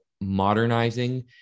modernizing